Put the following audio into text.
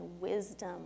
wisdom